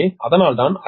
எனவே அதனால்தான் 500 0